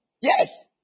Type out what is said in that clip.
Yes